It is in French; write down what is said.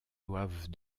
doivent